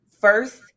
first